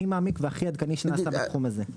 הכי מעמיק והכי עדכני שנעשה בתחום הזה.